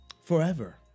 forever